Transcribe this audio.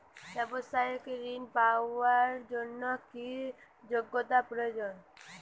ব্যবসায়িক ঋণ পাওয়ার জন্যে কি যোগ্যতা প্রয়োজন?